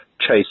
chase